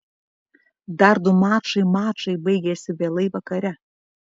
dar du mačai mačai baigėsi vėlai vakare